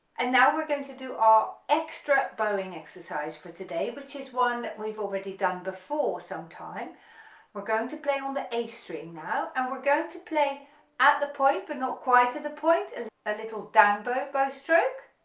and now we're going to do our extra bowing exercise for today which is one that we've already done before sometime we're going to play on the a string now and we're going to play at the point but not quite at the point a little down bow bow stroke